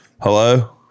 hello